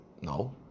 No